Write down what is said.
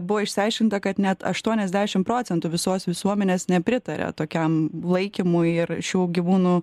buvo išsiaiškinta kad net aštuoniasdešim procentų visos visuomenės nepritaria tokiam laikymui ir šių gyvūnų